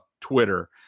Twitter